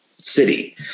city